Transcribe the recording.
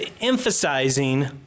emphasizing